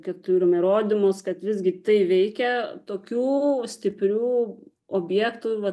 kad turim įrodymus kad visgi tai veikia tokių stiprių objektų va